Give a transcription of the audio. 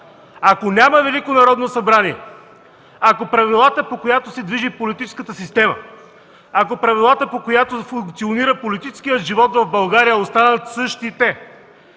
Ако няма Велико Народно събрание, ако правилата, по които се движи политическата система, по които функционира политическият живот в България, останат същите,